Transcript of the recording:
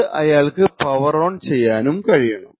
അത് അയാൾക്ക് power on ചെയ്യാൻ കഴിയണം